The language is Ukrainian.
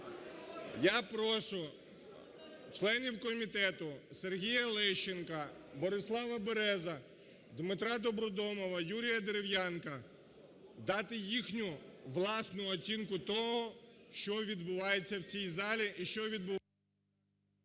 Я прошу членів комітету, Сергія Лещенка, Борислава Березу, Дмитра Добродомова, Юрія Дерев'янка дати їхню власну оцінку того, що відбувається в цій залі і що відбувається… ГОЛОВУЮЧИЙ.